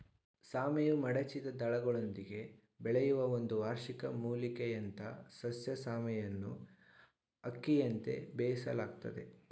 ಸಾಮೆಯು ಮಡಚಿದ ದಳಗಳೊಂದಿಗೆ ಬೆಳೆಯುವ ಒಂದು ವಾರ್ಷಿಕ ಮೂಲಿಕೆಯಂಥಸಸ್ಯ ಸಾಮೆಯನ್ನುಅಕ್ಕಿಯಂತೆ ಬೇಯಿಸಲಾಗ್ತದೆ